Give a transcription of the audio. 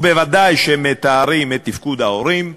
ובוודאי שהם מתארים את תפקוד ההורים,